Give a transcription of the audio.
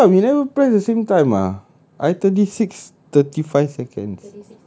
how come you never press the same time ah I thirty six thirty five second